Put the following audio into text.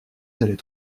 d’aller